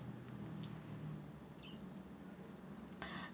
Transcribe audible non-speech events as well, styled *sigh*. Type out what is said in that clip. *breath*